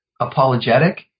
Apologetic